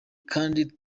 kandi